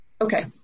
Okay